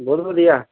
ਬਹੁਤ ਵਧੀਆ